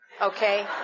Okay